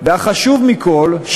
והחשוב מכול,